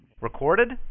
Recorded